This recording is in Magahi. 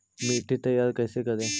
मिट्टी तैयारी कैसे करें?